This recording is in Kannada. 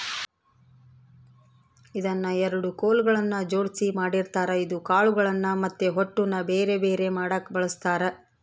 ಇದನ್ನ ಎರಡು ಕೊಲುಗಳ್ನ ಜೊಡ್ಸಿ ಮಾಡಿರ್ತಾರ ಇದು ಕಾಳುಗಳ್ನ ಮತ್ತೆ ಹೊಟ್ಟುನ ಬೆರೆ ಬೆರೆ ಮಾಡಕ ಬಳಸ್ತಾರ